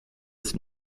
ist